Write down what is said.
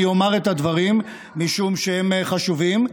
אני אומר את הדברים משום שהם חשובים.